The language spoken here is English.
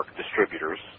distributors